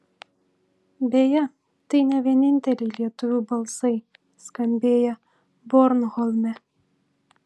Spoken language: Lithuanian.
beje tai ne vieninteliai lietuvių balsai skambėję bornholme